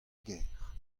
gêr